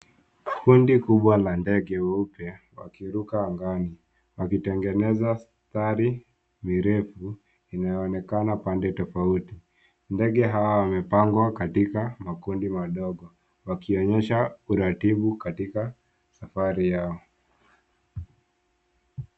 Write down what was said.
Kundi kubwa la ndege weupe wakiruka angani wakitengeneza mistari mirefu inayoonekana pande tofauti. Ndege hawa wamepangwa katika makundi madogo wakionyesha uratibu katika safari yao.